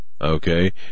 okay